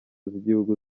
z’igihugu